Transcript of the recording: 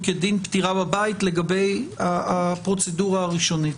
כדין פטירה בבית לגבי הפרוצדורה הראשית?